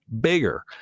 bigger